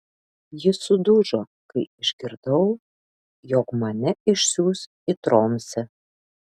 ji sudužo kai išgirdau jog mane išsiųs į tromsę